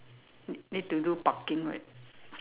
need to do parking right